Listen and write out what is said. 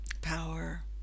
power